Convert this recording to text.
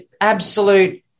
absolute